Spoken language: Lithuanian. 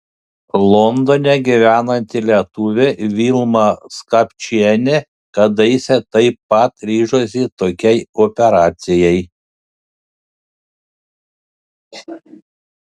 londone gyvenanti lietuvė vilma skapčienė kadaise taip pat ryžosi tokiai operacijai